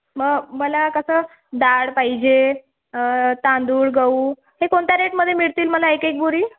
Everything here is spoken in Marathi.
म मला कसं डाळ पाहिजे तांदूळ गहू हे कोणत्या रेटमधे मिळतील मला एक एक बोरी